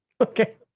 okay